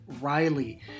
Riley